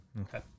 Okay